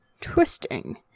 twisting